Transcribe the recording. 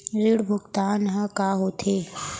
ऋण भुगतान ह का होथे?